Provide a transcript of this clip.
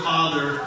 Father